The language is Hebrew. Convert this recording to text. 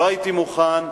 לא הייתי מוכן,